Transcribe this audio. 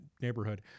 neighborhood